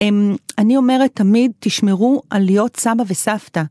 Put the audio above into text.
אני אומרת תמיד תשמרו על להיות סבא וסבתא.